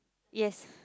yes